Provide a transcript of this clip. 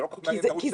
כי זה לא נעשה בחוץ.